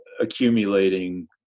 accumulating